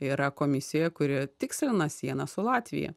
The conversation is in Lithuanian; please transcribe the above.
yra komisija kuri tikslina sieną su latvija